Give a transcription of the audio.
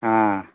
हँ